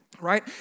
right